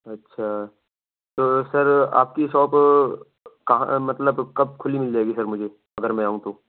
اچھا تو سر آپ کی ساپ کہاں مطلب کب کھلی مل جائے گی سر مجھے اگر میں آؤں تو